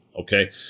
Okay